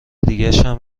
دیگشم